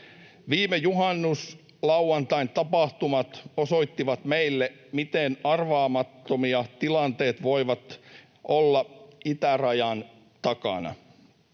Viime juhannuslauantain tapahtumat osoittivat meille, miten arvaamattomia tilanteet voivat olla itärajan takana.